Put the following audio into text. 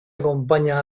acompaña